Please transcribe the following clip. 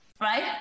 Right